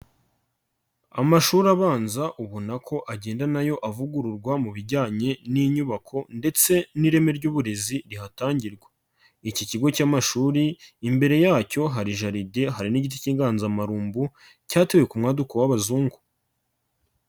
Amashuri abanza ubona ko agenda na yo avugururwa mu bijyanye n'inyubako ndetse n'ireme ry'uburezi rihatangirwa, iki kigo cy'amashuri imbere yacyo hari jaride hari n'igiti cy'inganzamarumbu, cyatuwe ku mwaduko w'abazungu.